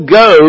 go